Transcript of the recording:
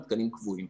הם תקנים קבועים.